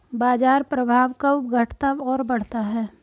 बाजार प्रभाव कब घटता और बढ़ता है?